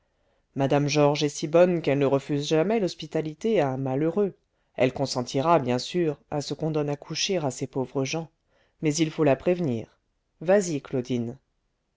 mme georges est si bonne qu'elle ne refuse jamais l'hospitalité à un malheureux elle consentira bien sûr à ce qu'on donne à coucher à ces pauvres gens mais il faut la prévenir vas-y claudine